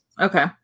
Okay